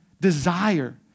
desire